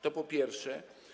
To po pierwsze.